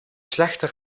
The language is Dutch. slechte